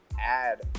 add